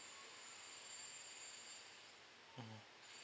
mmhmm